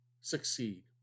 succeed